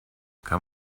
kann